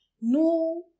No